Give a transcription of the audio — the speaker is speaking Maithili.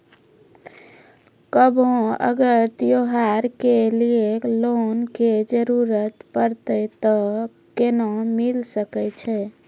कभो अगर त्योहार के लिए लोन के जरूरत परतै तऽ केना मिल सकै छै?